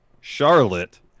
Charlotte